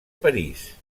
parís